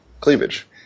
cleavage